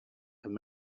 have